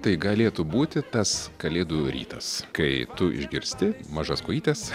tai galėtų būti tas kalėdų rytas kai tu išgirsti mažas kojytes